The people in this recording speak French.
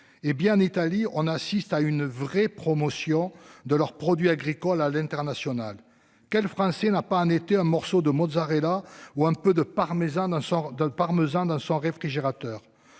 Hé bien Italie on assiste à une vraie promotion de leurs produits agricoles à l'international. Quel français n'a pas un été un morceau de mozzarella ou un peu de parmesan ne sort